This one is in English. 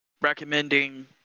recommending